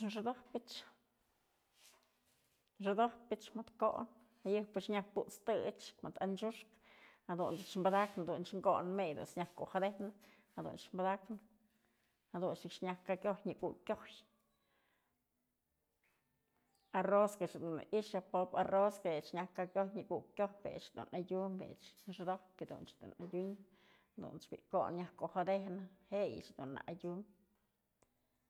Xodojpyëch, xodojpyëch mëd kon jayëjpyëch nyaj put's tëch mëdë anchyuxkë jadunt's ëch padaknë jadunch ko'on mey jadunt's nyaj kujadejnë, jadunch padaknë, jadunch nëkxë nyaj kakyoj nyak ukyë kyoj, arroz këch dun në i'ixë pop´pë arroz je'e nyaj kakyojpë nyak ukyë kyojpë jech dun adyum jech xodojpyë jadun ¨]ech dun adyun jadun bi'i kon nyaj kujadejnë jeyëch dun na adyum.